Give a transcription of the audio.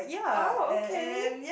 oh okay